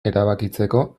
erabakitzeko